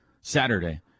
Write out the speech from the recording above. Saturday